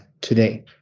today